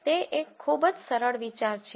તે એક ખૂબ જ સરળ વિચાર છે